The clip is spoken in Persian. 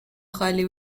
خالی